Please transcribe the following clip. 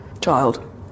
child